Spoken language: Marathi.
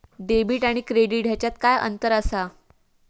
डेबिट आणि क्रेडिट ह्याच्यात काय अंतर असा?